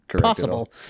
possible